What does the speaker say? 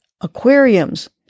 aquariums